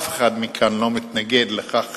אף אחד כאן לא מתנגד לכך